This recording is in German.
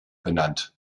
benannt